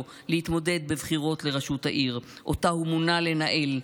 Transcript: להתמודד בבחירות לראשות העיר שאותה הוא מונה לנהל,